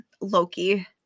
Loki